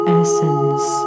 essence